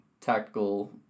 tactical